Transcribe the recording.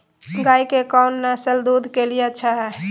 गाय के कौन नसल दूध के लिए अच्छा है?